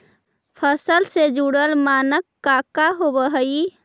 फसल से जुड़ल मानक का का होव हइ?